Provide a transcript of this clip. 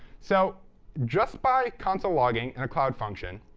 so just by console logging in a cloud function,